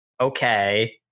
Okay